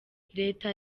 leta